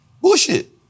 Bullshit